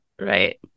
Right